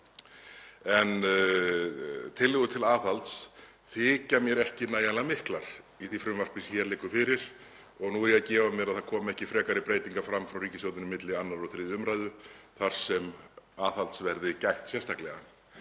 En tillögur til aðhalds þykja mér ekki nægjanlega miklar í því frumvarpi sem hér liggur fyrir, og nú er ég að gefa mér að það komi ekki frekari breytingar fram frá ríkisstjórninni milli 2. og 3. umræðu þar sem aðhalds verði gætt sérstaklega.